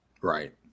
Right